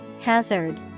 Hazard